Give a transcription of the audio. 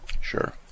Sure